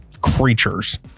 creatures